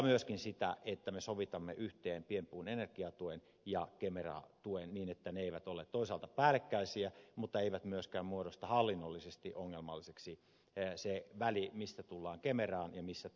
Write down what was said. myöskin meidän on sovitettava yhteen pienpuun energiatuki ja kemera tuki niin että ne eivät toisaalta ole päällekkäisiä mutta ettei myöskään muodostu hallinnollisesti ongelmalliseksi milloin tullaan kemeran ja milloin tullaan pienpuun energiatuen piiriin